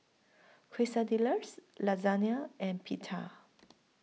Quesadillas Lasagna and Pita